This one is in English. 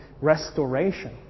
restoration